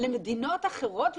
למדינות אחרות ולהגיד: